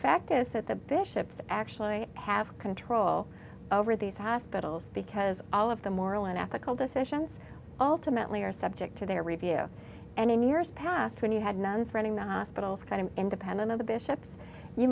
fact is that the bishops actually have control over these hospitals because all of the moral and ethical decisions ultimately are subject to their review and in years past when you had nuns running the hospitals kind of independent of the bishops you